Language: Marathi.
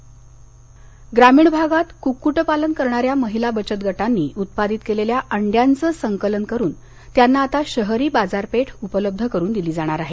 पंकजा मंडे ग्रामीण भागात कुक्कुटपालन करणाऱ्या महिला बचतगटांनी उत्पादित केलेल्या अंड्यांचं संकलन करुन त्यांना आता शहरी बाजारपेठ उपलब्ध करुन दिली जाणार आहे